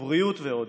בריאות ועוד,